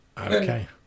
Okay